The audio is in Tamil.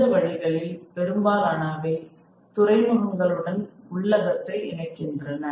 இந்த வழிகளில் பெரும்பாலானவை துறைமுகங்களுடன் உள்ளகத்தை இணைக்கின்றன